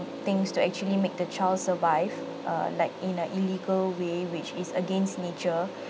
things to actually make the child survive uh like in a illegal way which is against nature